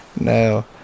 No